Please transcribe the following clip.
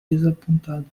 desapontado